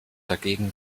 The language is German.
dagegen